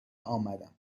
آمدم